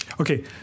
okay